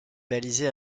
balisé